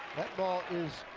that ball is